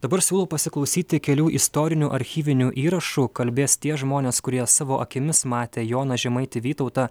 dabar siūlau pasiklausyti kelių istorinių archyvinių įrašų kalbės tie žmonės kurie savo akimis matę joną žemaitį vytautą